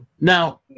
Now